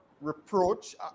reproach